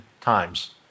times